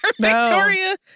Victoria